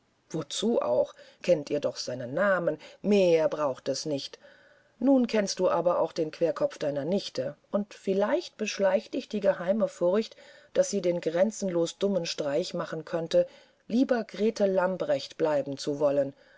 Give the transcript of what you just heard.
wozu auch kennt ihr doch seinen namen mehr braucht es nicht nun kennst du aber auch den querkopf deiner nichte und vielleicht beschleicht dich die geheime furcht daß sie den grenzenlos dummen streich machen könnte lieber grete lamprecht bleiben zu wollen